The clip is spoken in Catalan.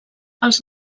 els